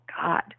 God